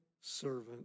servant